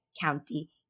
County